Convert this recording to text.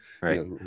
Right